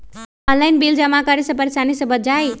Online bill जमा करे से परेशानी से बच जाहई?